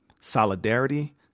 solidarity